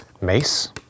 Mace